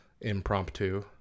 impromptu